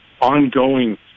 ongoing